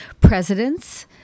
presidents